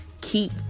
keep